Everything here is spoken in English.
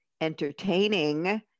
entertaining